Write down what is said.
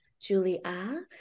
Julia